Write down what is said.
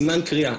סימן קריאה,